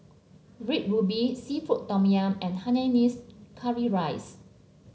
Red Ruby seafood Tom Yum and Hainanese Curry Rice